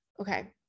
Okay